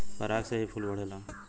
पराग से ही फूल बढ़ेला